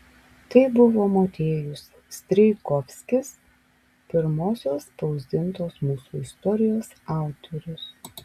tai buvo motiejus strijkovskis pirmosios spausdintos mūsų istorijos autorius